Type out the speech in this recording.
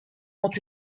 ont